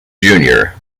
junior